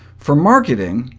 for marketing,